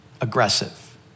aggressive